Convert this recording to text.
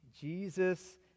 Jesus